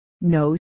No